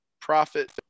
profit